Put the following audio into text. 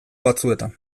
batzuetan